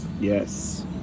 Yes